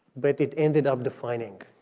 but it ended up defining